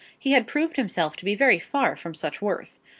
he had proved himself to be very far from such worth.